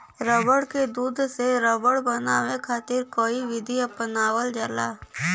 रबड़ के दूध से रबड़ बनावे खातिर कई विधि अपनावल जाला